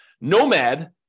Nomad